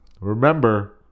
Remember